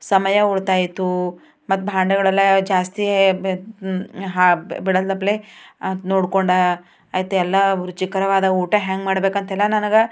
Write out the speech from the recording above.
ಸಮಯ ಉಳಿತಾಯ ಆಯಿತು ಮತ್ತು ಭಾಂಡೆಗಳೆಲ್ಲ ಜಾಸ್ತಿ ಹಾಂ ಬಿಡದಪ್ಲೆ ಅದು ನೋಡ್ಕೊಂಡು ಆಯ್ತು ಎಲ್ಲ ರುಚಿಕರವಾದ ಊಟ ಹ್ಯಾಂಗ ಮಾಡ್ಬೇಕು ಅಂತೆಲ್ಲ ನನಗೆ